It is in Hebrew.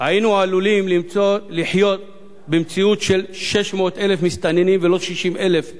היינו עלולים לחיות במציאות של 600,000 מסתננים ולא 60,000,